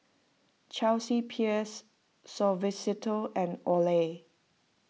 Chelsea Peers Suavecito and Olay